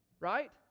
Right